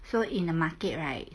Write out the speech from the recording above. so in the market right